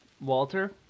Walter